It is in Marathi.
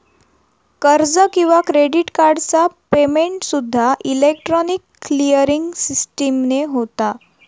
कर्ज किंवा क्रेडिट कार्डचा पेमेंटसूद्दा इलेक्ट्रॉनिक क्लिअरिंग सिस्टीमने होता